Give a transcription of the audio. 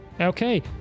Okay